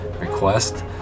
request